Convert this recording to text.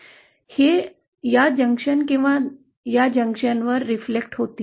हे या जंक्शनवर किंवा या जंक्शनवर प्रतिबिंबितं होतील